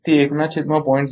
તેથી 1 નાં છેદમાં 0